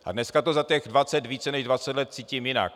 A dneska to za těch více než dvacet let cítím jinak.